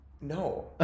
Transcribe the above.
no